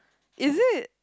is it